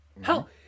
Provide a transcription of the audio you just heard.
Hell